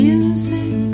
Music